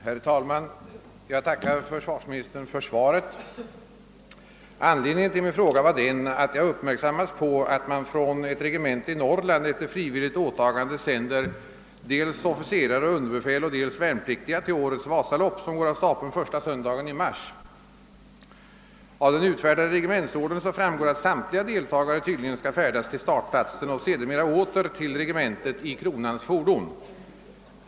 Herr talman! Jag tackar försvarsministern för svaret på min fråga. Anledningen till frågan var att jag uppmärksammats på att man från ett regemente i Norrland efter frivillig anmälan sänder dels officerare och underbefäl, dels värnpliktiga till årets Vasalopp, som går av stapeln första söndagen i mars. Av den utfärdade regementsordern framgår, att samtliga deltagare tydligen skall färdas till startplatsen och sedan åter till regementet i kronans fordon.